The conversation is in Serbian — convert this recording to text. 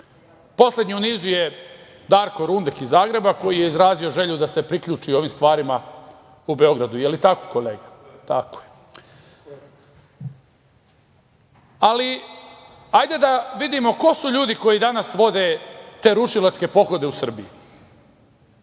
Poslednji u nizu je Darko Rundek iz Zagreba, koji je izrazio želju da se priključi ovim stvarima u Beogradu. Hajde da vidimo ko su ljudi koji danas vode te rušilačke pohode u Srbiji.